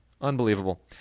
Unbelievable